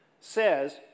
says